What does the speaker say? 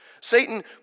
Satan